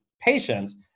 patients